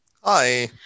Hi